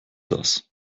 das